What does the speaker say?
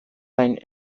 gain